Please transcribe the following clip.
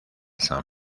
san